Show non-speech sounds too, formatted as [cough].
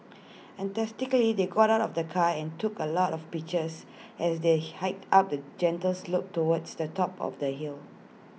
enthusiastically they got out of the car and took A lot of pictures as they [noise] hiked up A gentle slope towards the top of the hill